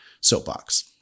soapbox